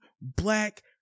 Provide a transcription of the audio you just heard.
black